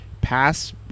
pass